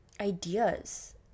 ideas